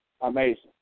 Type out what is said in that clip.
amazing